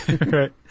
Right